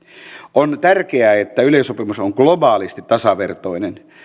on tärkeää että yleissopimus on globaalisti tasavertainen